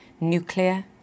nuclear